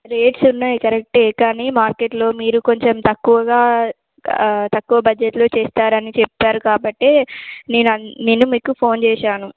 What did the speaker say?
rates ఉన్నాయి కరెక్టే కానీ మార్కెట్లో మీరు కొంచెం తక్కువగా తక్కువ బడ్జెట్లో చేస్తారని చెప్పారు కాబట్టి నేను నేను మీకు ఫోన్ చేసాను